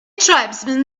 tribesman